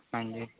ਹਾਂਜੀ